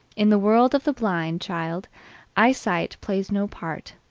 in the world of the blind child eyesight plays no part,